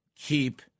keep